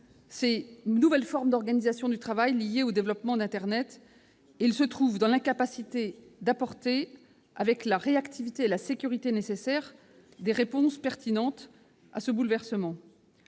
les nouvelles formes d'organisation du travail liées au développement d'internet, il se trouve dans l'incapacité d'apporter, avec la réactivité et la sécurité nécessaires, des réponses pertinentes à ce bouleversement.